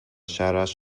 شرش